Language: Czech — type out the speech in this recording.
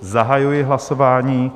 Zahajuji hlasování.